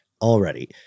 already